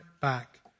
back